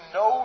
no